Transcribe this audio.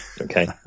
Okay